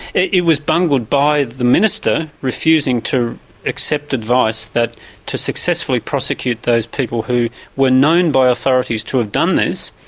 it was bungled by the minister refusing to accept advice that to successfully prosecute those people who were known by authorities to have done this,